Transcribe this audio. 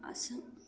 Assam